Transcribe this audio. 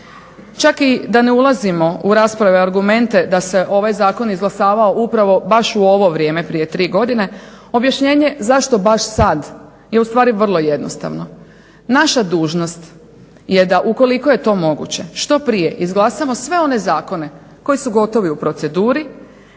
Čak i da ne ulazimo u rasprave i argumente da se ovaj zakon izglasavao upravo baš u ovo vrijeme prije tri godine objašnjenje zašto baš sad je u stvari vrlo jednostavno. Naša dužnost je da ukoliko je to moguće što prije izglasamo sve one zakone koji su gotovi u proceduri